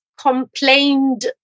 complained